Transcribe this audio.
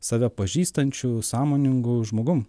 save pažįstančiu sąmoningu žmogum